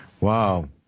Wow